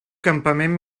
campament